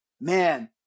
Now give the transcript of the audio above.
man